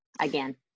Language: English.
again